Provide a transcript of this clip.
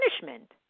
punishment